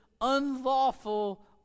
unlawful